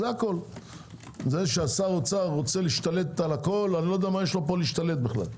זה ששר אוצר רוצה להשתלט על הכול לא יודע מה יש לו להשתלט בכלל.